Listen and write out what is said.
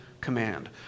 command